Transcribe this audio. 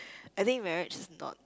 I think marriage is not